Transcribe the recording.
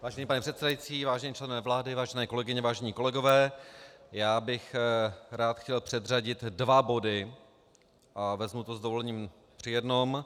Vážený pane předsedající, vážení členové vlády, vážené kolegyně, vážení kolegové, já bych rád chtěl předřadit dva body a vezmu to s dovolením při jednom.